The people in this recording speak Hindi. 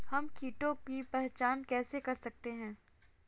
हम कीटों की पहचान कैसे कर सकते हैं?